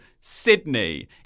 Sydney